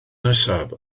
nesaf